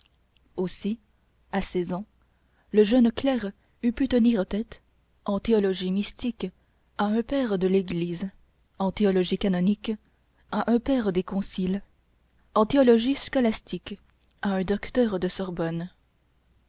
aussi à seize ans le jeune clerc eût pu tenir tête en théologie mystique à un père de l'église en théologie canonique à un père des conciles en théologie scolastique à un docteur de sorbonne